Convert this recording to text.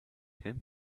him